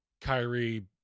Kyrie